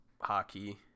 hockey